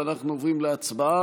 ואנחנו עוברים להצבעה